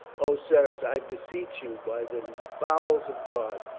o, sirs, i beseech you by the bowels of god,